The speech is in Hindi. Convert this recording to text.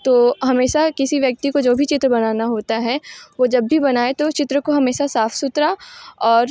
तो हमेशा किसी व्यक्ति को जो भी चित्र बनाना होता है वो जब भी बनाए तो उस चित्र को हमेशा साफ़ सुथरा और